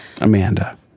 Amanda